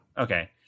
Okay